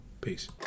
Peace